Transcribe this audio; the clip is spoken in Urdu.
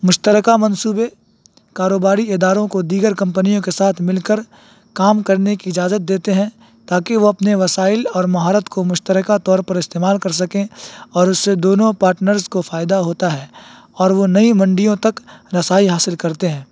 مشترکہ منصوبے کاروباری اداروں کو دیگر کمپنیوں کے ساتھ مل کر کام کرنے کی اجازت دیتے ہیں تاکہ وہ اپنے وسائل اور مہارت کو مشترکہ طور پر استعمال کر سکیں اور اس سے دونوں پاٹنرس کو فائدہ ہوتا ہے اور وہ نئی منڈیوں تک رسائی حاصل کرتے ہیں